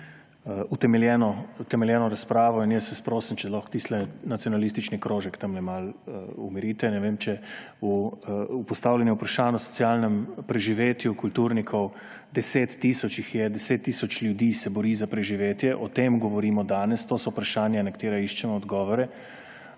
utemeljeno razpravo in vas prosim, če lahko tisti nacionalistični krožek tamle malo umirite. Ne vem, če v postavljanje vprašanj o socialnem preživetju kulturnikov … 10 tisoč jih je, 10 tisoč ljudi se bori za preživetje; o tem govorimo danes. To so vprašanja, na katera iščemo odgovore.